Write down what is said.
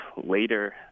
later